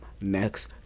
next